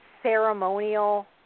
Ceremonial